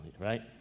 right